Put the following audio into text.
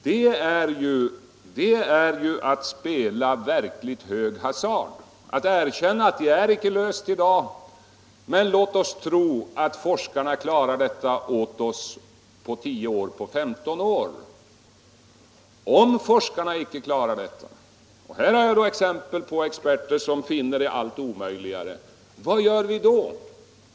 Det är verkligen att spela hög hasard att erkänna att problemet inte är löst i dag men säga: ”Låt oss tro att forskarna klarar detta åt oss på 10-15 år.” Om forskarna inte klarar detta — och här kan jag ge exempel på forskare som finner det allt omöjligare — vad gör vi då?